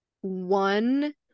one